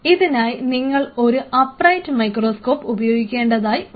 ഇതിനായി നിങ്ങൾക്ക് ഒരു അപ്രൈറ്റ് മൈക്രോസ്കോപ്പ് ഉപയോഗിക്കേണ്ടതായി ഉണ്ട്